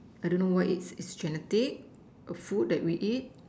I don't know what is is genetic a food that we eat